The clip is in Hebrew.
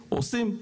עושים.